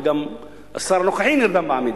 וגם השר הנוכחי נרדם בעמידה.